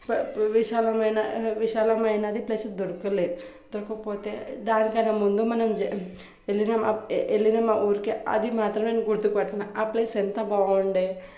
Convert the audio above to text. విశాలమైన విశాలమైనది ప్లేస్ దొరకలేదు దొరకకపోతే దానికన్నా ముందు మనం జ వెళ్ళిన వెళ్ళినామా వెళ్ళినామా ఊరికే అది మాత్రమే నేను గుర్తు పట్టినా ఆ ప్లేస్ ఎంత బాగుండే